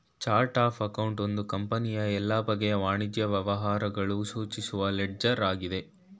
chart of account ಒಂದು ಕಂಪನಿಯ ಎಲ್ಲ ಬಗೆಯ ವಾಣಿಜ್ಯ ವ್ಯವಹಾರಗಳು ಸೂಚಿಸುವ ಲೆಡ್ಜರ್ ಆಗಿದೆ